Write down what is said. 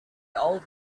old